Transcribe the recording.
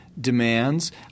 demands